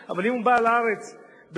אני מציע בחוק לתקן את חוק הכניסה לישראל